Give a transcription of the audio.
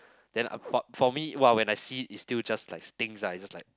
then for for me !wah! when I see it it still just like stings ah it's just like